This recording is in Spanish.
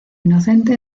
inocente